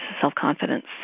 self-confidence